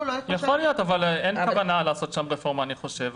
חושב שאין כוונה לעשות שם רפורמה.